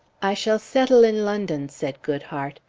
i shall settle in london said goodhart.